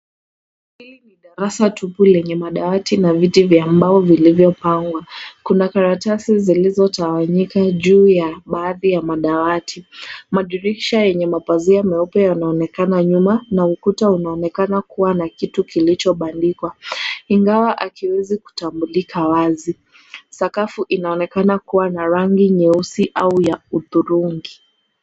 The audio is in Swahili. Hili ni darasa tupu lenye madawati na viti vya mbao vilivyopangwa, kuna karatasi zilizotawanyika juu ya baadhi ya madawati, madirisha yenye mapazia meupe yanaonekana nyuma, na ukuta unaonekana kuwa na kitu kilichobandikwa, ingawa hakiwezi kutambulika wazi sakafu inaonekana kuwa na rangi nyeusi au ya hudhurungi.